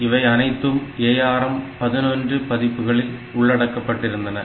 இவை அனைத்தும் ARM 11 பதிப்புகளில் உள்ளடக்கப்பட்டிருந்தன